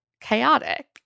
chaotic